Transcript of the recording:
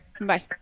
bye